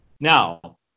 Now